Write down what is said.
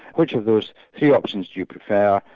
which of those three options do you prefer?